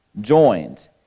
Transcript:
joined